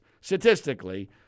statistically